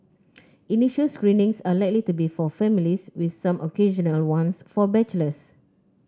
initial screenings are likely to be for families with some occasional ones for bachelors